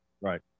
Right